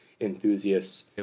enthusiasts